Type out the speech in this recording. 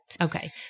Okay